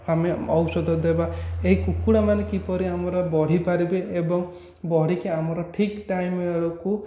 ଆମେ ଔଷଧ ଦେବା ଏହି କୁକୁଡ଼ାମାନେ କିପରି ଆମର ବଢ଼ିପାରିବେ ଏବଂ ବଢ଼ିକି ଆମର ଠିକ ଟାଇମ୍ ବେଳକୁ